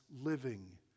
living